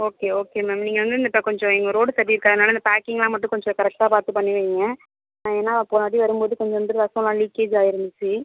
okay okay ma'am நீங்கள் வந்து இந்த இப்போ கொஞ்சம் எங்கள் ரோடு சரி இருக்காததுனால் இந்த பேக்கிங்லாம் மட்டும் கொஞ்சம் கரெக்ட்டாக பார்த்து பண்ணிவைங்க நான் ஏன்னா போன வாட்டி வரும் போது கொஞ்சம் வந்து ரசம்லாம் லீக்கேஜ் ஆயிருந்துச்சு